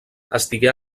estigué